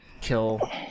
kill